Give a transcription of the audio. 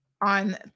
on